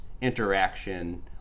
interaction